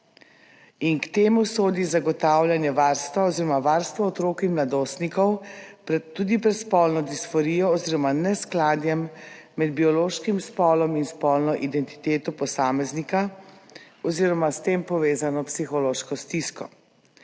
in k temu sodi zagotavljanje varstva oziroma varstvo otrok in mladostnikov tudi pred spolno disforijo oziroma neskladjem med biološkim spolom in spolno identiteto posameznika oziroma s tem povezano psihološko stisko.